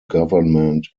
government